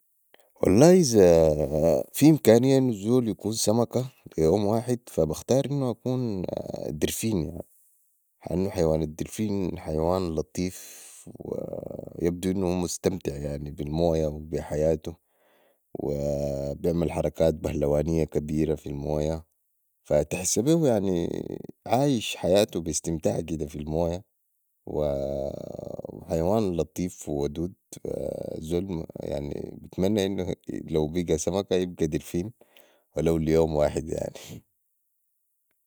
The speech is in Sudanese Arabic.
والله إذا في امكانية انو الزول يكون سمكة لي يوم واحد بختار انو أكون درفيل يعني لان حيوان الدرفيل لطيف ويبدو انو هو مستمتع يعني بي المويه وبي حياتو وبعمل حركات بهلوانيه كثيره في المويه تحس بيهو عايش حياتو بي استمتع كده في المويه وحيوان لطيف و ودود الزول يعني بتمني انو لو بقي سمكة يبقي درفيل ولو ليوم واحد يعني